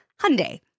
Hyundai